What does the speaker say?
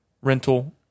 rental